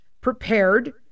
prepared